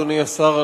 אדוני השר,